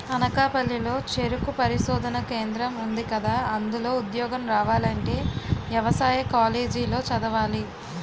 అనకాపల్లి లో చెరుకు పరిశోధనా కేంద్రం ఉందికదా, అందులో ఉద్యోగం రావాలంటే యవసాయ కాలేజీ లో చదవాలి